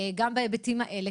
גם בהיבטים האלה,